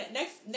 next